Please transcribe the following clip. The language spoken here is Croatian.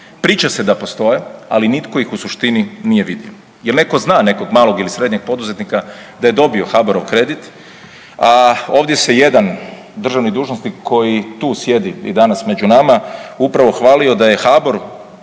priča se da postoje, ali nitko ih u suštini nije vidio. Jel netko zna nekog malog ili srednjeg poduzetnika da je dobio HBOR-ov kredit, a ovdje se jedan državni dužnosnik koji tu sjedi i danas među nama upravo hvalio da je HBOR